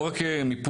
לא רק מיפוי